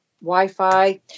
wi-fi